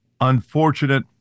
unfortunate